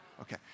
Okay